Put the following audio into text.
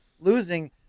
losing